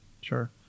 sure